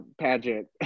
pageant